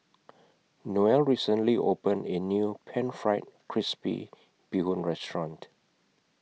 Noel recently opened A New Pan Fried Crispy Bee Hoon Restaurant